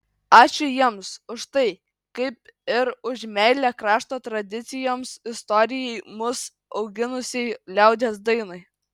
ačiū jiems už tai kaip ir už meilę krašto tradicijoms istorijai mus auginusiai liaudies dainai